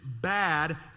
bad